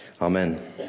Amen